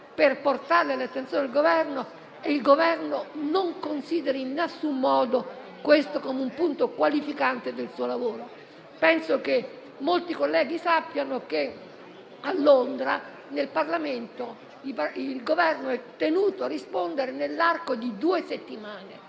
per portarle all'attenzione del Governo e quest'ultimo non consideri in alcun modo questo come un punto qualificante del suo lavoro. Penso che molti colleghi sappiano che a Londra, nel Parlamento, il Governo è tenuto a rispondere nell'arco di due settimane.